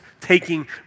taking